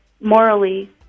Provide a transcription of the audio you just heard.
morally